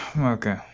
Okay